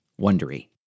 Wondery